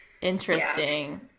interesting